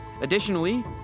Additionally